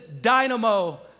dynamo